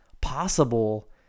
possible